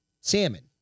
salmon